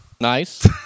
Nice